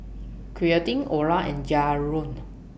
Quintin Orla and Jaron